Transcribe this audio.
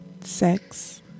sex